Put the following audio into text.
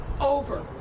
over